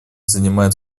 занимает